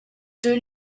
deux